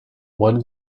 one